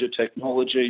technology